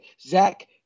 Zach